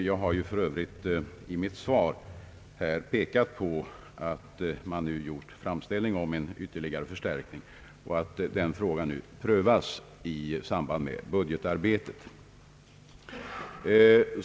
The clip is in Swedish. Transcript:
Jag har ju för övrigt i mitt svar pekat på att framställning gjorts om en ytterligare förstärkning och att den frågan nu prövas i samband med budgetarbetet.